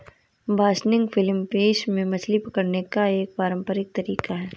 बासनिग Philippines में मछली पकड़ने का एक पारंपरिक तरीका है